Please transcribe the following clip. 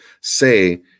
say